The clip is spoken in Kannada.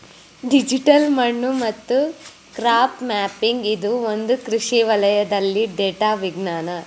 ಡಿಜಿಟಲ್ ಮಣ್ಣು ಮತ್ತು ಕ್ರಾಪ್ ಮ್ಯಾಪಿಂಗ್ ಇದು ಒಂದು ಕೃಷಿ ವಲಯದಲ್ಲಿ ಡೇಟಾ ವಿಜ್ಞಾನ